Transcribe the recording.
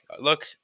look